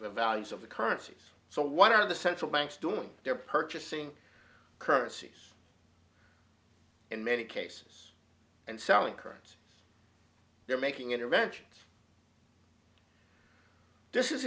values of the currencies so one of the central banks doing their purchasing currencies in many cases and selling current they're making interventions this is